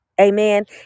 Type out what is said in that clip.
amen